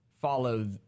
follow